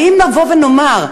האם נבוא ונאמר לגברים,